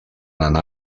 anar